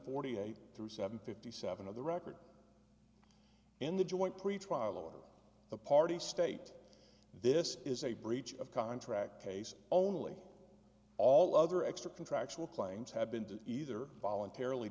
forty eight through seven fifty seven of the record in the joint pretrial order the party state this is a breach of contract case only all other extra contractual claims have been to either voluntarily